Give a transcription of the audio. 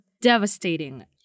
Devastating